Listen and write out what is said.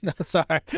Sorry